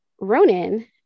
Ronan